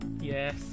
Yes